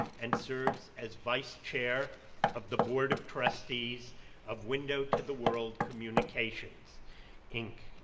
and serves as vice chair of the board of trustees of window to the world communications inc.